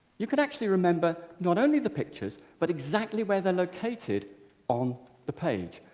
you can actually remember not only the pictures but exactly where they are located on the page.